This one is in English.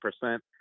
percent